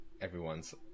everyone's